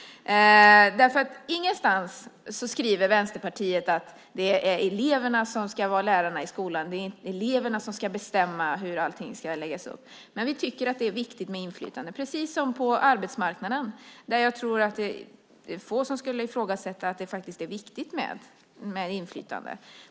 Ingenstans skriver Vänsterpartiet att det är eleverna som ska vara lärarna i skolan, att det är eleverna som ska bestämma hur allting ska läggas upp. Men vi tycker att det är viktigt med inflytande, precis som på arbetsmarknaden. Jag tror att det är få som skulle ifrågasätta att det är viktigt med inflytande.